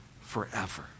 forever